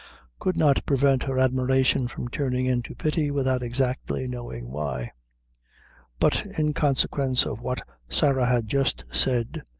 could not prevent her admiration from turning into pity without exactly knowing why but in consequence of what sarah had just said,